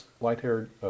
light-haired